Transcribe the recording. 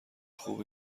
خوب